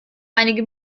einige